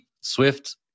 Swift